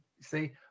See